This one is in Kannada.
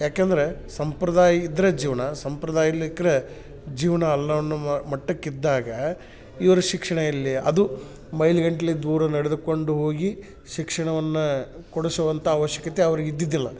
ಏಕೆಂದ್ರೆ ಸಂಪ್ರದಾಯ ಇದ್ದರೆ ಜೀವನ ಸಂಪ್ರದಾಯ ಇಲ್ಲಿಕ್ರೆ ಜೀವನ ಅಲ್ಲ ಅನ್ನುವ ಮಟ್ಟಕ್ಕೆ ಇದ್ದಾಗ ಇವರು ಶಿಕ್ಷಣ ಎಲ್ಲಿ ಅದು ಮೈಲುಗಟ್ಲೆ ದೂರ ನಡೆದುಕೊಂಡು ಹೋಗಿ ಶಿಕ್ಷಣವನ್ನು ಕೊಡಿಸುವಂಥ ಅವಶ್ಯಕತೆ ಅವ್ರಿಗೆ ಇದ್ದಿದ್ದಿಲ್ಲ